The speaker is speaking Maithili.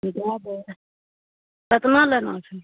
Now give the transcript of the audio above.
ई दए दे केतना लेना छै